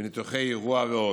ניתוחי אירוע ועוד.